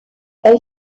elle